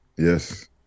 Yes